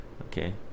okay